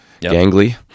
Gangly